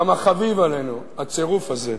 כמה חביב עלינו הצירוף הזה,